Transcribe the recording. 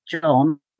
John